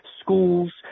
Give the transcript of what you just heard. schools